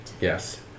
Yes